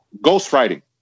ghostwriting